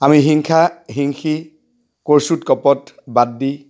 আমি হিংসা হিংসি কৰ্চ্যুত কপত বাদ দি